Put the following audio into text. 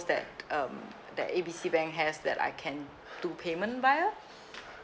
that um that A B C bank has that I can do payment via